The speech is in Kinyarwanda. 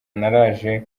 naraje